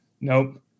nope